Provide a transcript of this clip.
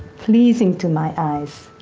pleasing to my eyes,